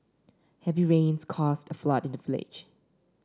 heavy rains caused a flood in the village